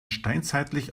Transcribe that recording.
steinzeitlich